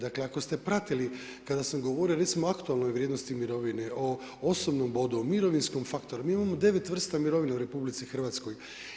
Dakle, ako ste pratili kada sam govorio recimo o aktualnoj vrijednosti mirovine, o osobnom bodu, o mirovinskom faktoru, mi imamo devet vrsta mirovina u Republici Hrvatskoj.